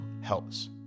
helps